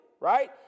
right